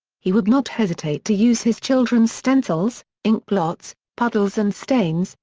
he would not hesitate to use his children's stencils, ink blots, puddles and stains,